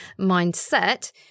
mindset